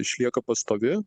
išlieka pastovi